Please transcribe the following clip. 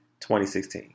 2016